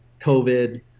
COVID